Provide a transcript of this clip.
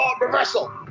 Reversal